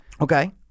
Okay